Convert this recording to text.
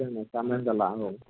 ओं फोरोंनायफ्रा मोजां जाला औ